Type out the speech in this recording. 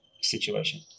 situation